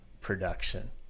production